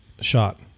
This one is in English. shot